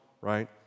right